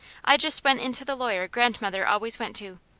i just went in to the lawyer grandmother always went to,